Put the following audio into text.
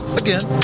again